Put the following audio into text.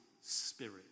spirit